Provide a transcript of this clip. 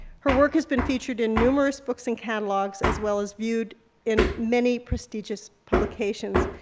her work has been featured in numerous books and catalogs, as well as viewed in many prestigious publications.